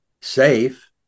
safe